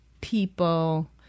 people